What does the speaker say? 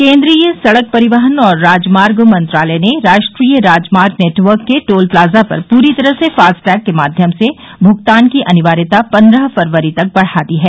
केन्द्रीय सड़क परिवहन और राजमार्ग मंत्रालय ने राष्ट्रीय राजमार्ग नेटवर्क के टोल प्लाजा पर पूरी तरह से फास्टैग के माध्यम से भुगतान की अनिवार्यता पन्द्रह फरवरी तक बढ़ा दी है